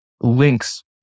links